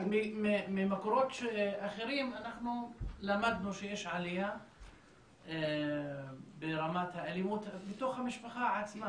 ממקורות אחרים אנחנו למדנו שיש עלייה ברמת האלימות בתוך המשפחה עצמה,